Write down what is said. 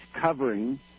covering